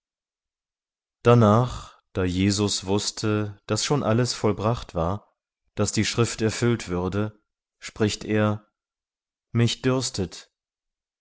darnach da jesus wußte daß schon alles vollbracht war daß die schrift erfüllt würde spricht er mich dürstet